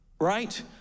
right